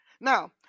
Now